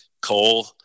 Cole